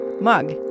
mug